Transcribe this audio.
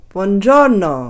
Buongiorno